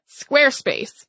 Squarespace